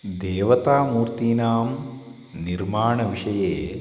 देवतामूर्तीनां निर्माणविषये